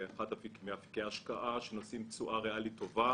זה אחד מאפיקי ההשקעה שנושאים תשואה ריאלית טובה